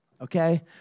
okay